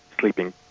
sleeping